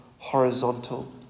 Horizontal